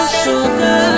sugar